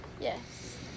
yes